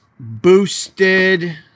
boosted